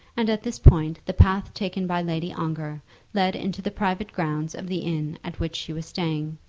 and at this point the path taken by lady ongar led into the private grounds of the inn at which she was staying.